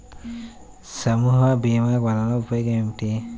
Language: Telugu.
సమూహ భీమాల వలన ఉపయోగం ఏమిటీ?